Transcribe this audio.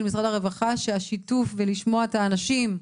משרד הרווחה שהשיתוף ולשמוע את האנשים,